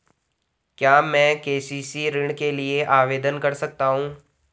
क्या मैं के.सी.सी ऋण के लिए आवेदन कर सकता हूँ?